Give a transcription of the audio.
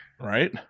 Right